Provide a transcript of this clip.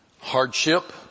hardship